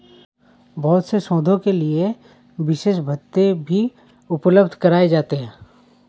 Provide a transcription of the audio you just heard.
बहुत से शोधों के लिये विशेष भत्ते भी उपलब्ध कराये जाते हैं